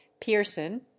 Pearson